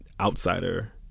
outsider